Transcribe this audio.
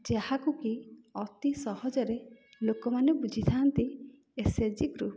ଯାହାକୁ କି ଅତି ସହଜରେ ଲୋକମାନେ ବୁଝିଥାନ୍ତି ଏସଏଚ୍ଜି ଗ୍ରୁପ୍